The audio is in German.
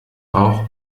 auch